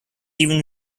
even